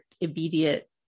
immediate